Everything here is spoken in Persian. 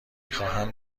خواهم